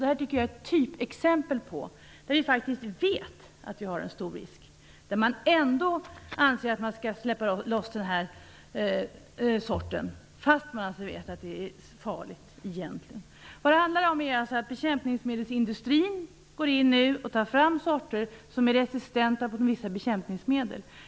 Det tycker jag är ett typexempel där vi vet att det finns en stor risk men där man ändå anser att man kan släppa loss sorten även om den egentligen är farlig. Vad det handlar om är att bekämpningsmedelsindustrin tar fram sorter som är resistenta mot vissa bekämpningsmedel.